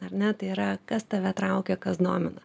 ar ne tai yra kas tave traukia kas domina